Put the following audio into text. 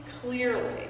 clearly